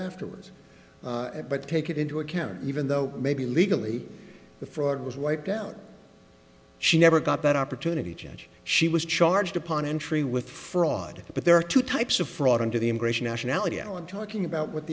afterwards but to take it into account even though maybe legally the fraud was wiped out she never got that opportunity gedge she was charged upon entry with fraud but there are two types of fraud under the immigration nationality alan talking about what